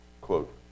quote